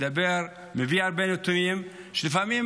מביא הרבה נתונים שלפעמים